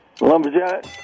lumberjack